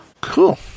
Cool